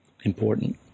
important